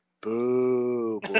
Boo